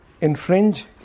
infringe